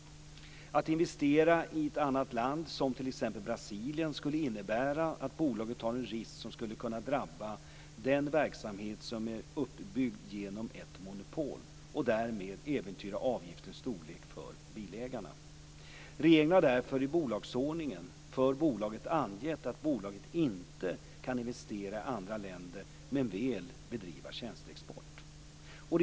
Att investera i ett annat land som t.ex. Brasilien skulle innebära att bolaget tar en risk som skulle kunna drabba den verksamhet som är uppbyggd genom ett monopol och därmed äventyra avgiftens storlek för bilägarna. Regeringen har därför i bolagsordningen för bolaget angett att bolaget inte kan investera i andra länder men väl bedriva tjänsteexport.